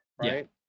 right